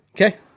Okay